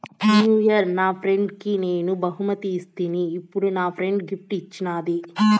new year నా ఫ్రెండ్కి నేను బహుమతి ఇస్తిని, ఇప్పుడు నా ఫ్రెండ్ గిఫ్ట్ ఇచ్చిన్నాది